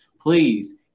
please